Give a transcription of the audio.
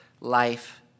life